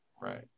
Right